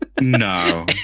no